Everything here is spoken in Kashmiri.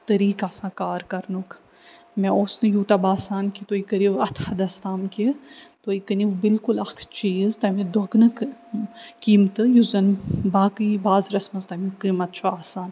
طٔریٖقہٕ آسان کار کرنُک مےٚ اوس نہٕ یوٗتاہ باسان کہِ تۄہہِ کٔرِو اَتھ حدس تام کہِ تُہۍ کٕنِو بلکُل اکھ چیٖز تَمہِ دۄگنہٕ قیٖمتہٕ یُس زن باقٕے بازرس منٛز تَمیُک قیٖمت چھُ آسان